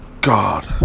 God